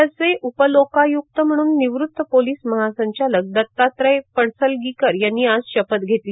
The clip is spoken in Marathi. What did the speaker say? राज्याचे उपलोकाय्क्त म्हणून निवृत्त पोलीस महासंचालक दत्तात्रय पडसलगीकर यांनी आज शपथ घेतली